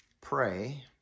pray